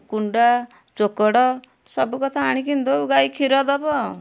କୁଣ୍ଡା ଚୋକଡ଼ ସବୁକଥା ଆଣିକିନି ଦଉ ଗାଈ କ୍ଷୀର ଦେବ